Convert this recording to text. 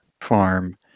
farm